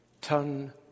turn